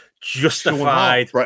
justified